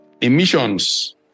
emissions